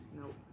Nope